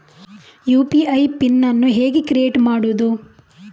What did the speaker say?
UPI pin ಅನ್ನು ಹೇಗೆ create ಮಾಡುದು?